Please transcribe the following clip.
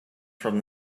from